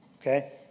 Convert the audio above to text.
okay